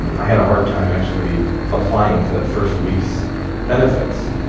and i had a hard time actually applying for that first week's benefits.